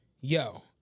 yo